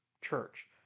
church